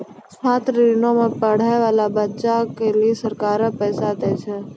छात्र ऋणो मे पढ़ै बाला बच्चा लेली सरकारें पैसा दै छै